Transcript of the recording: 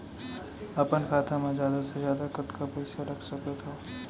अपन खाता मा जादा से जादा कतका पइसा रख सकत हव?